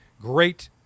great